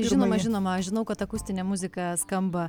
žinoma žinoma aš žinau kad akustinė muzika skamba